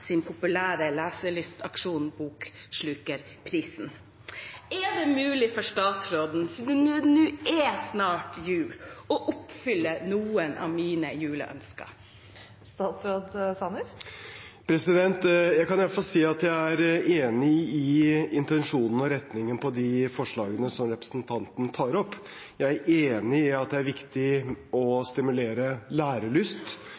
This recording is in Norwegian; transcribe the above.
sin populære leselystaksjon Bokslukerprisen. Er det mulig for statsråden, siden det nå snart er jul, å oppfylle noen av mine juleønsker? Jeg kan iallfall si at jeg er enig i intensjonen i og retningen på de forslagene som representanten tar opp. Jeg er enig i at det er viktig